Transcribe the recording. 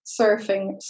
surfing